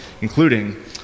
including